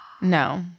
No